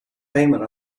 payment